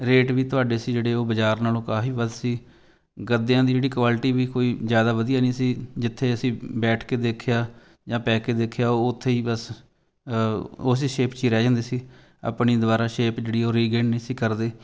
rate ਵੀ ਤੁਹਾਡੇ ਸੀ ਜਿਹੜੇ ਉਹ ਬਾਜ਼ਾਰ ਨਾਲੋਂ ਕਾਫੀ ਵੱਧ ਸੀ ਗੱਦਿਆਂ ਦੀ ਜਿਹੜੀ ਕੁਆਲਿਟੀ ਵੀ ਕੋਈ ਜ਼ਿਆਦਾ ਵਧੀਆ ਨਹੀਂ ਸੀ ਜਿੱਥੇ ਅਸੀਂ ਬੈਠ ਕੇ ਦੇਖਿਆ ਜਾਂ ਪੈ ਕੇ ਦੇਖਿਆ ਉੱਥੇ ਹੀ ਬਸ ਉਸੇ ਸ਼ੇਪ 'ਚ ਹੀ ਰਹਿ ਜਾਂਦੇ ਸੀ ਆਪਣੀ ਦੁਬਾਰਾ ਸ਼ੇਪ ਜਿਹੜੀ ਉਹ ਰੀਗੇਨਡ ਨਹੀਂ ਸੀ ਕਰਦੇ